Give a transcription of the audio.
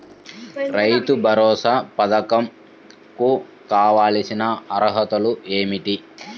రైతు భరోసా పధకం కు కావాల్సిన అర్హతలు ఏమిటి?